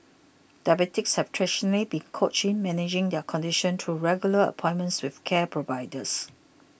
diabetics have traditionally been coached in managing their condition through regular appointments with care providers